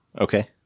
Okay